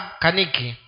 kaniki